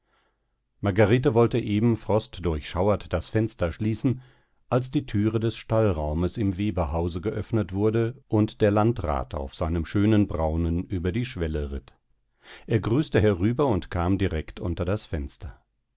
margarete wollte eben frostdurchschauert das fenster schließen als die thüre des stallraumes im weberhause geöffnet wurde und der landrat auf seinem schönen braunen über die schwelle ritt er grüßte herüber und kam direkt unter das fenster